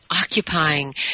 occupying